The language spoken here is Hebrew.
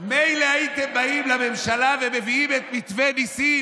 מילא הייתם באים לממשלה ומביאים את מתווה ניסים,